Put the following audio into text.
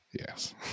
Yes